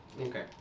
okay